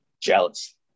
jealous